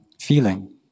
feeling